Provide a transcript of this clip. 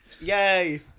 Yay